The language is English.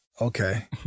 okay